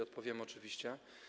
Odpowiemy oczywiście.